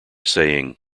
saying